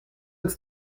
uns